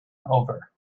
over